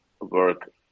work